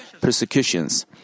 persecutions